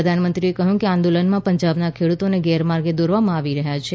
પ્રધાનમંત્રીએ કહ્યું કે આંદોલનમાં પંજાબના ખેડુતોને ગેરમાર્ગે દોરવામાં આવી રહ્યા છે